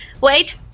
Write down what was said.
wait